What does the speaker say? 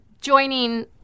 joining